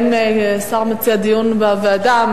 האם דיון בוועדה?